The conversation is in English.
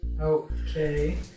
Okay